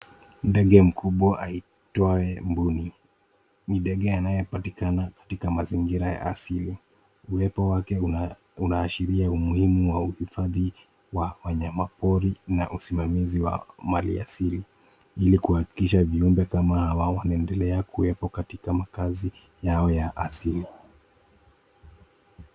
Ndege mkubwa aitwaye mbuni, ni ndege anayepatikana katika mazingira ya asili. Uwepo wake unahashiria umuhimu wa uhifadhi wa wanyama pori, na usimamizi wa mali asili, ili kuhakikisha viumbe kama hawa wanaendelea kuwepo katika makaazi yao ya asili.